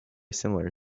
similar